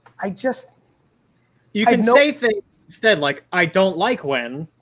i just you could say this instead, like, i don't like when.